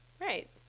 Right